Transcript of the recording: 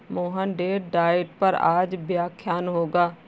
Mohan date diet पर आज व्याख्यान होगा